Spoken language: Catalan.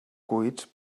cuits